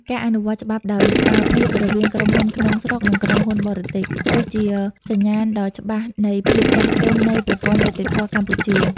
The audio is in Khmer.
ការអនុវត្តច្បាប់ដោយស្មើភាពរវាងក្រុមហ៊ុនក្នុងស្រុក និងក្រុមហ៊ុនបរទេស គឺជាសញ្ញាណដ៏ច្បាស់នៃភាពចាស់ទុំនៃប្រព័ន្ធយុត្តិធម៌កម្ពុជា។